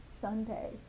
Sunday